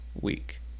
week